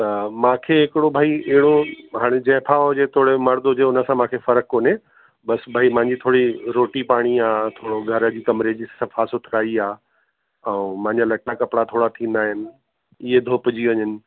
त मांखे हिकिड़ो भाई अहिड़ो हाणे जाइफ़ा हुजे थोरे मर्द हुजे हुन सां मांखे फ़र्क़ु कोने बसि भाई मांजी थोरी रोटी पाणी आहे थोरो घर जी कमरे जी सफ़ा सुथराई आहे ऐं मांजा लटा कपिड़ा थोरा थींदा आहिनि इअं धोपिजी वञनि